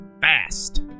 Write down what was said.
fast